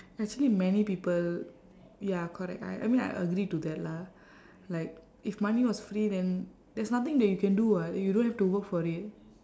actually many people ya correct I I mean I agree to that lah like if money was free then there's nothing that you can do [what] you don't have to work for it